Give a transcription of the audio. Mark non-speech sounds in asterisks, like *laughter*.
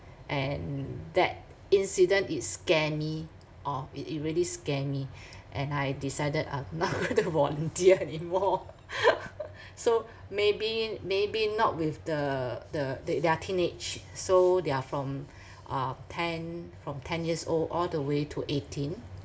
and that incident it scare me or it it really scare me and I decided uh not to volunteer anymore *laughs* so maybe maybe not with the the the they are teenage so they are from uh ten from ten years old all the way to eighteen